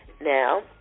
Now